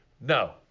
No